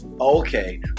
okay